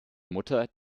mutter